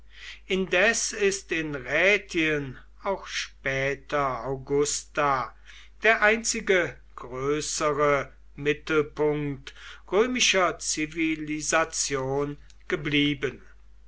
indes ist in rätien auch später augusta der einzige größere mittelpunkt römischer zivilisation geblieben